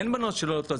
אין בנות שלא נוטלות.